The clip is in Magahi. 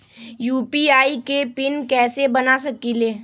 यू.पी.आई के पिन कैसे बना सकीले?